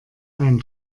ein